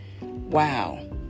wow